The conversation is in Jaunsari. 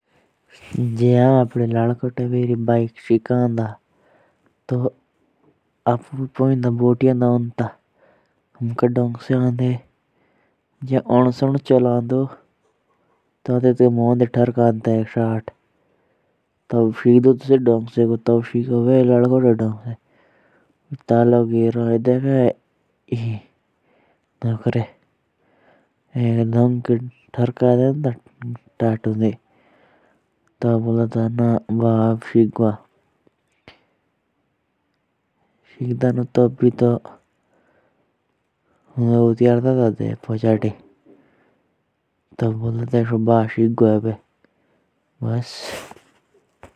अगर में अपने बेटे से बाइक सिखाता ना तो पहले तो उसे हैंडल सिखाऊंगा घूमाना। और फिर उसके बाद गियर चालाक सिखाऊंगा बस।